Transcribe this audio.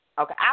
okay